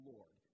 Lord